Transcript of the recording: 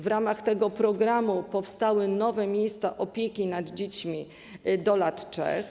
W ramach tego programu powstały nowe miejsca opieki nad dziećmi do lat 3.